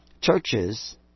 churches